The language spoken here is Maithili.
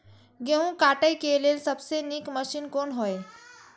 गेहूँ काटय के लेल सबसे नीक मशीन कोन हय?